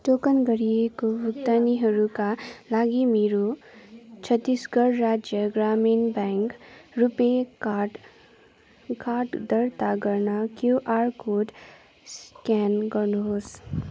token गरिएको भुक्तानीहरूका लागि मेरो छत्तिसगढ राज्य ग्रामीण ब्याङ्क रुपे कार्ड कार्ड दर्ता गर्न क्युआर कोड स्क्यान गर्नुहोस्